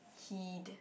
heed